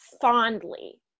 fondly